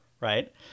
right